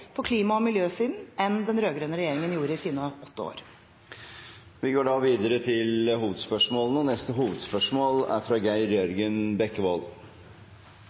på klima- og miljøsiden enn den rød-grønne regjeringen gjorde i sine åtte år. Vi går til neste hovedspørsmål. Mitt spørsmål går til kunnskapsministeren. Kristelig Folkeparti er